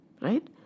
right